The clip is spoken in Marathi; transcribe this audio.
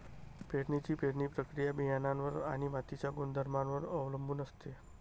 पेरणीची पेरणी प्रक्रिया बियाणांवर आणि मातीच्या गुणधर्मांवर अवलंबून असते